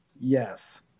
yes